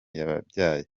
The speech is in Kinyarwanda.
yabyaye